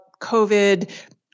COVID